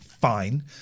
Fine